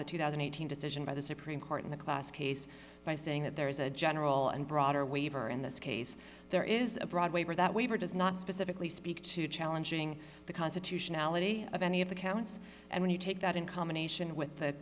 the two thousand eight hundred assertion by the supreme court in the class case by saying that there is a general and broader waiver in this case there is a broad waiver that waiver does not specifically speak to challenging the constitutionality of any of the counts and when you take that in combination with the